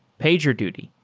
pagerduty,